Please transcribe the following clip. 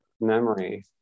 memory